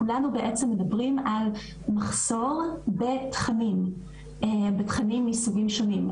כולנו בעצם מדברים על מחסור בתכנים מסוגים שונים.